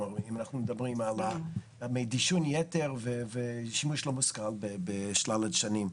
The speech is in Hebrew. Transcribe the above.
אם אנחנו מדברים על דישון יתר ושימוש לא מושכל בשלל הדשנים.